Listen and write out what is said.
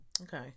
Okay